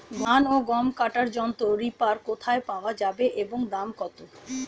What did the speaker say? ধান ও গম কাটার যন্ত্র রিপার কোথায় পাওয়া যাবে এবং দাম কত?